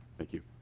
thank you.